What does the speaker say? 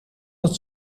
het